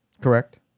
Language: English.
Correct